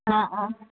অঁ অঁ